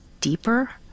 deeper